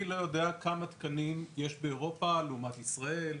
אני לא יודע כמה תקנים יש באירופה לעומת ישראל.